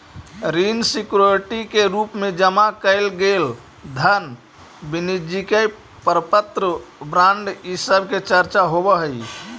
ऋण सिक्योरिटी के रूप में जमा कैइल गेल धन वाणिज्यिक प्रपत्र बॉन्ड इ सब के चर्चा होवऽ हई